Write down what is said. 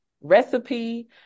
recipe